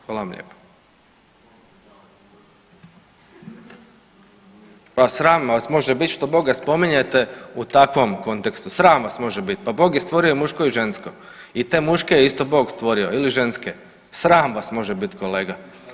Hvala vam lijepa. … [[Upadica: Ne razumije se.]] A sram vas može biti što Boga spominjete u takvom kontekstu, sram vas može biti, pa Bog je stvorio muško i žensko i te muške je isto Bog stvorio ili ženske, sram vas može biti kolega.